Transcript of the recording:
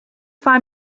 find